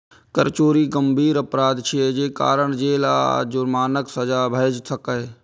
कर चोरी गंभीर अपराध छियै, जे कारण जेल आ जुर्मानाक सजा भए सकैए